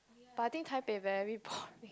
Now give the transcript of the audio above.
but I think Taipei very boring